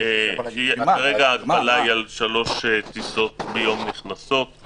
כרגע ההגבלה היא על שלוש טיסות נכנסות ביום.